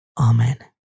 Amen